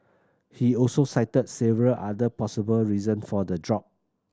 he also cited several other possible reason for the drop